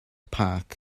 park